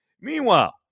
Meanwhile